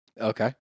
Okay